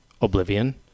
Oblivion